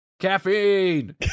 caffeine